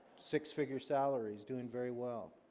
six-figure salaries doing very well,